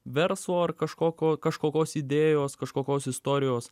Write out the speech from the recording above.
verslo ar kažkokio kažkokios idėjos kažkokios istorijos